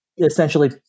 essentially